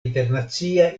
internacia